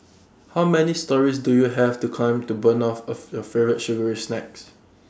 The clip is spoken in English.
how many storeys do you have to climb to burn off of your favourite sugary snacks